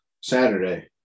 Saturday